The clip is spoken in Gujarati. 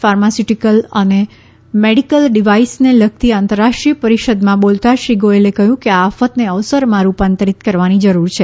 ફાર્માસ્યુટિકલ અને મેડિકલ ડિવાઇસને લગતી આંતરરાષ્ટ્રીય પરિષદમાં બોલતાં શ્રી ગોયલે કહ્યું કે આ આફતને અવસરમાં રૂપાંતરિત કરવાની જરૂર છે